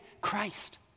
Christ